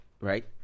Right